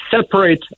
separate